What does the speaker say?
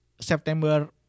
September